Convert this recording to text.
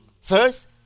First